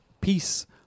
peace